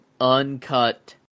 uncut